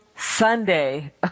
Sunday